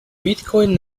bitcoin